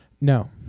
No